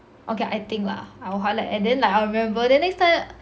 okay I think lah I will highlight and then like I will remember then next time